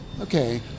Okay